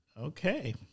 Okay